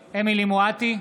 מואטי,